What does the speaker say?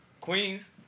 Queens